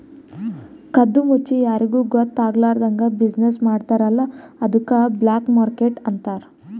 ಕದ್ದು ಮುಚ್ಚಿ ಯಾರಿಗೂ ಗೊತ್ತ ಆಗ್ಲಾರ್ದಂಗ್ ಬಿಸಿನ್ನೆಸ್ ಮಾಡ್ತಾರ ಅಲ್ಲ ಅದ್ದುಕ್ ಬ್ಲ್ಯಾಕ್ ಮಾರ್ಕೆಟ್ ಅಂತಾರ್